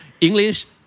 English